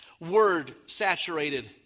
Word-saturated